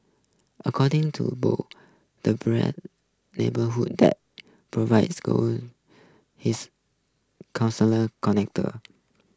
according to Boo the neighbourhood that provides call his council connector